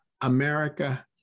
America